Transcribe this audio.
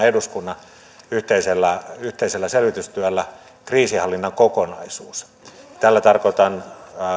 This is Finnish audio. eduskunnan yhteisellä yhteisellä selvitystyöllä kriisinhallinnan kokonaisuus tällä tarkoitan